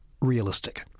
realistic